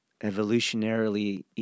evolutionarily